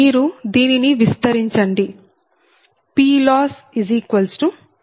మీరు దీనిని విస్తరించండి PLossp13q13PpBpqPqP12B11P1B12P2P1B13P3P2B21P1P22B22P2B23P3P3B31P1P3B32P2P32B33